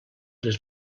les